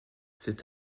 cet